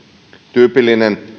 tyypillinen